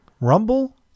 Rumble